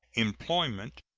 employment,